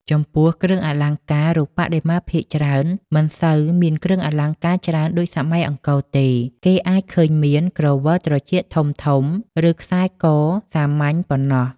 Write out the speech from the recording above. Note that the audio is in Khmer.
ចំំពោះគ្រឿងអលង្ការ រូបបដិមាភាគច្រើនមិនសូវមានគ្រឿងអលង្ការច្រើនដូចសម័យអង្គរទេ គេអាចឃើញមាន ក្រវិលត្រចៀកធំៗ ឬ ខ្សែកសាមញ្ញ ប៉ុណ្ណោះ។